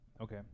Okay